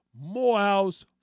Morehouse